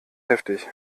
heftig